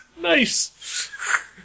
Nice